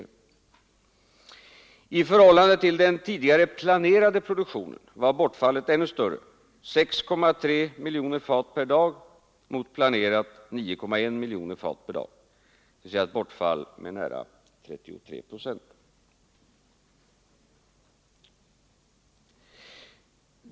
I förhållande till den tidigare planerade produktionen var bortfallet ännu större, 6,3 miljoner fat per dag mot planerade 9,1 miljoner fat per dag, dvs. ett bortfall med nära 33 procent.